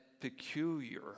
peculiar